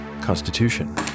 Constitution